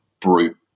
brute